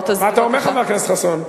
בזירה הפלסטינית.